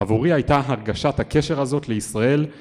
עבורי הייתה הרגשת הקשר הזאת לישראל